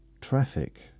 traffic